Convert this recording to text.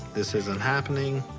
this isn't happening.